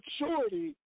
maturity